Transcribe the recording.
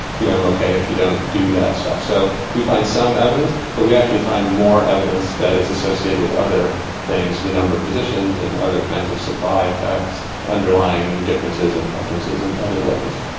you know, i'm okay if you don't do that stuff. so, we find some evidence, but we actually find more evidence that it's associated with other things, the number of physicians and other kinds of supply effects underlying differences and preferences in other ways.